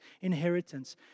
inheritance